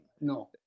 No